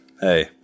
Hey